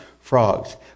frogs